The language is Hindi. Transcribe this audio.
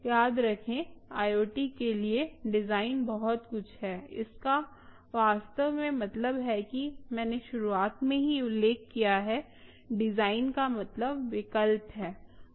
याद रखें IoT के लिए डिजाइन बहुत कुछ है इसका वास्तव में मतलब है कि मैंने शुरुआत में ही उल्लेख किया है डिजाइन का मतलब विकल्प है